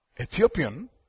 Ethiopian